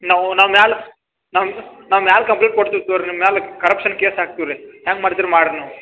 ನಾವು ನಾವು ಮ್ಯಾಲ ನಾವು ನಾವು ಮ್ಯಾಲ ಕಂಪ್ಲೇಂಟ್ ಕೊಡ್ತೀವಿ ಸರ್ ನಿಮ್ಮ ಮ್ಯಾಲೆ ಕರಪ್ಶನ್ ಕೇಸ್ ಹಾಕ್ತೀವಿ ರೀ ಹೆಂಗೆ ಮಾಡ್ತಿರ ಮಾಡ್ರಿ ನೀವು